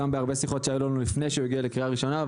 בהרבה שיחות שהיו לנו לפני שהוא הגיע לקריאה ראשונה,